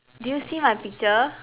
did you see my picture